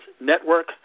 Network